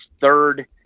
third